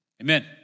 Amen